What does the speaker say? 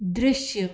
दृश्य